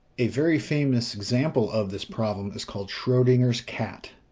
a very famous example of this problem is called schrodinger's cat.